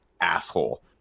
asshole